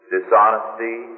Dishonesty